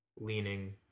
leaning